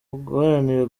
uguharanira